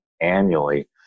annually